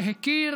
שהכיר